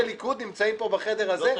ליכוד נמצאים בחדר הזה שמתנגדים נחרצות.